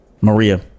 maria